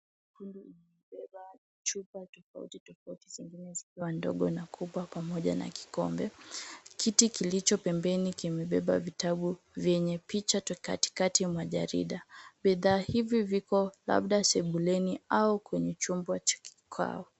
Kundi limebeba chupa tofauti tofauti zingine zikiwa ndogo na kubwa pamoja na kikombe, kiti kilicho pembeni kimebeba vitabu vyenye picha katikati mwa jarida. Bidhaa hivi viko labda sebuleni au katika chumba cha kukaa.